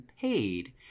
paid